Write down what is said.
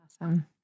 Awesome